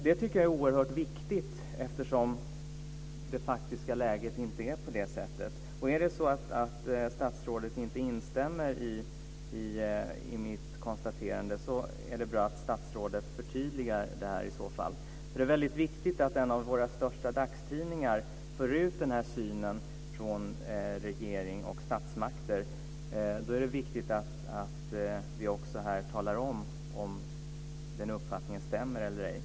Det tycker jag är oerhört viktigt, eftersom det faktiska läget inte är sådant. Är det så att statsrådet inte instämmer i mitt konstaterande är det bra om hon förtydligar detta. Det faktum att en av våra största dagstidningar för ut denna syn från regering och statsmakter är väldigt viktigt. Då är det viktigt att vi också här talar om om den uppfattningen stämmer eller ej.